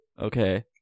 Okay